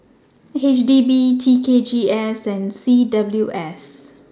HDB TKGS and CWS